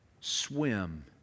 swim